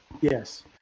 Yes